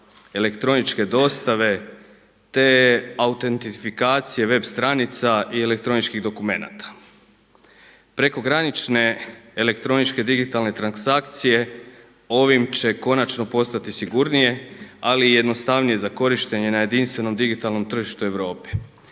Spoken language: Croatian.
elektroničke dostave te autentifikacije web stranica i elektroničkih dokumenata. Prekogranične elektročničke digitalne transakcije ovim će konačno postati sigurnije ali i jednostavnije za korištenje na jedinstvenom digitalnom tržištu Europe.